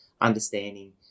understanding